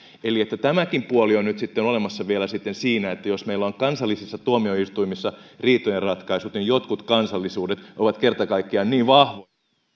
eli tämäkin puoli on nyt sitten olemassa vielä siinä että jos meillä on kansallisissa tuomioistuimissa riitojen ratkaisut niin jotkut kansallisuudet ovat kerta kaikkiaan niin vahvoja